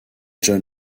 jon